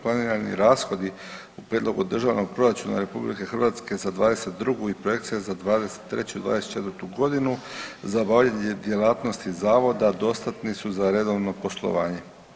Planirani rashodi u prijedlogu Državnog proračuna RH za '22. i projekcija za '23. i '24.g. za obavljanje djelatnosti zavoda dostatni su za redovno poslovanje.